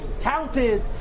counted